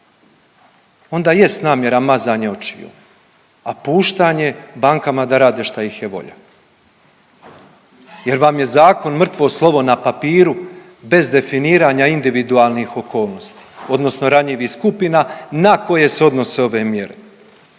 onda jest namjera mazanje očiju, a puštanje bankama da rade šta ih je volja jer vam je zakon mrtvo slovo na papiru bez definiranja individualnih okolnosti odnosno ranjivih skupina na koje se odnose ove mjere.